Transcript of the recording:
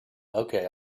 okay